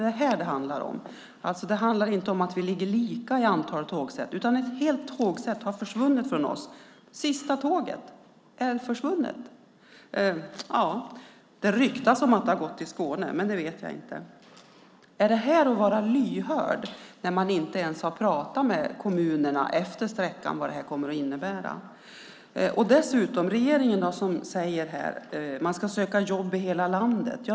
Det är ju detta det handlar om. Vi ligger inte lika i antalet tågsätt, utan ett helt tågsätt har försvunnit från oss. Sista tåget är försvunnet. Det ryktas om att det har gått till Skåne, men det vet jag inte. Är det att vara lyhörd när man inte ens har pratat med kommunerna utmed sträckan om vad detta kommer att innebära? Regeringen säger ju dessutom att man ska söka jobb i hela landet.